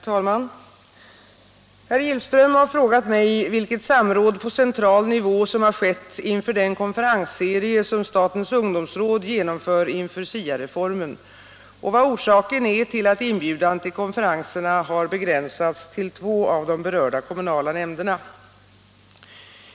Herr talman! Herr Gillström har frågat mig vilket samråd på central nivå som har skett inför den konferensserie som statens ungdomsråd genomför inför SIA-reformen och vad orsaken är till att inbjudan till konferenserna har begränsats till två av de berörda kommunala nämnderna.